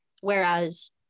Whereas